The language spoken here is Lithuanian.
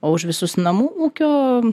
o už visus namų ūkio